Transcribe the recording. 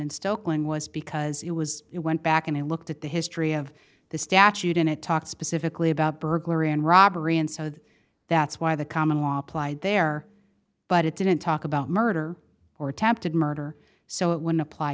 and still cling was because it was it went back and looked at the history of the statute in a talk specifically about burglary and robbery and so that's why the common law applied there but it didn't talk about murder or attempted murder so it would apply